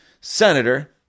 senator